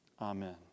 Amen